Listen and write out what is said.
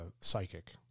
psychic